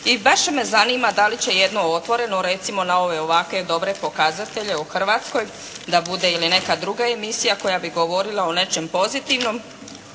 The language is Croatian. i baš me zanima da li će jedno otvoreno recimo na ove ovakve dobre pokazatelje u Hrvatskoj da bude ili neka druga emisija koja bi govorila o nečem pozitivnom,